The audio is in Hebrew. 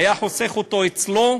היה חוסך אותו אצלו,